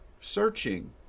searching